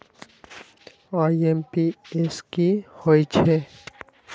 IMPS की होईछइ?